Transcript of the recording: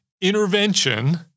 intervention